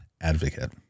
advocate